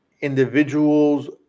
individuals